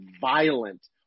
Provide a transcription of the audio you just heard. violent –